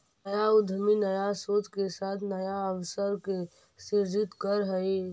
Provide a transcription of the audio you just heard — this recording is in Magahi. नया उद्यमी नया सोच के साथ नया अवसर के सृजित करऽ हई